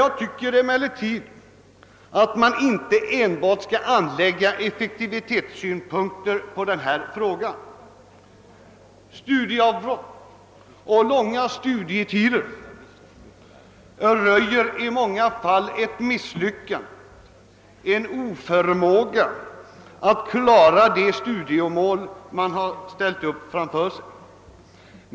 Jag tycker emellertid att man inte enbart skall anlägga effektivitetssynpunkter på denna fråga. Studieavbrott och långa studietider röjer i många fall ett misslyckande, en oförmåga att klara det studiemål man har ställt upp framför sig.